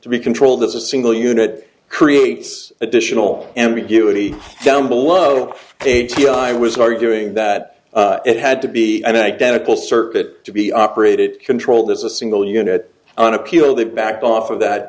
to be controlled as a single unit creates additional ambiguity down below eighty i was arguing that it had to be an identical circuit to be operated controlled is a single unit on appeal they backed off of